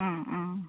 ആ ആ